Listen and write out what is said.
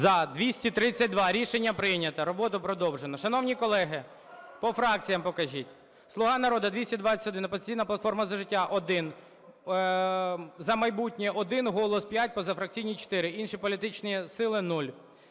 За-232 Рішення прийнято. Роботу продовжено. Шановні колеги! По фракціям покажіть. "Слуга народу" – 221, "Опозиційна платформа – За життя" – 1, "За майбутнє" – 1, "Голос" – 5, позафракційні – 4. Інші політичні сили -